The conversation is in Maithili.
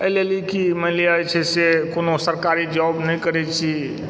एहि लेल कि मानि लिअ जे छै से कोनो सरकारी जॉब नहि करैत छी